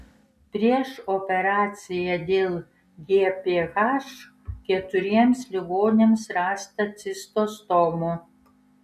prieš operaciją dėl gph keturiems ligoniams rasta cistostomų